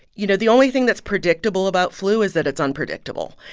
you know, the only thing that's predictable about flu is that it's unpredictable.